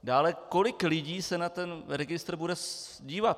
Dále, kolik lidí se na ten registr bude dívat?